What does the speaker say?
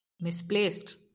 misplaced